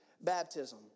baptism